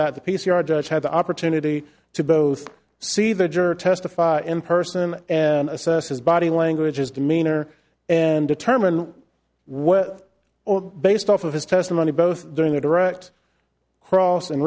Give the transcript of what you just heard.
that the p c r judge had the opportunity to both see the juror testify in person and assess his body language his demeanor and determine what or based off of his testimony both during the direct cross